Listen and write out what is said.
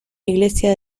iglesia